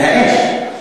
מהאש.